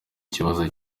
kibazo